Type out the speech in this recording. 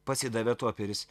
pasidavė toperis